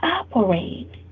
operate